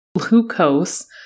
glucose